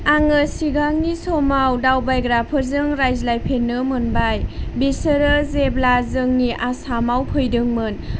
आङो सिगांनि समाव दावबायग्राफोरजों रायज्लायफेरनो मोनबाय बिसोरो जेब्ला जोंनि आसामाव फैदोंमोन